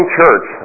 church